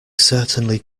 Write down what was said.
certainly